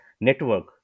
network